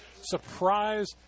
Surprise